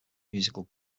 musical